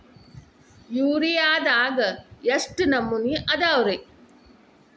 ಯೂರಿಯಾದಾಗ ಎಷ್ಟ ನಮೂನಿ ಅದಾವ್ರೇ?